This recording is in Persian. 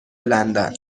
لندن